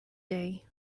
day